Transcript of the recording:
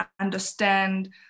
understand